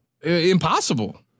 impossible